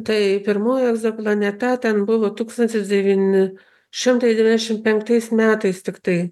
tai pirmoji planeta ten buvo tūkstantis devyni šimtai devyniasdešimt penktais metais tiktai